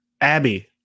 Abby